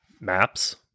maps